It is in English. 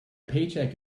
paycheck